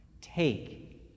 take